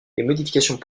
modifications